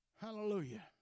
Hallelujah